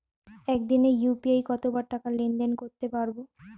একদিনে ইউ.পি.আই কতবার টাকা লেনদেন করতে পারব?